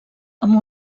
amb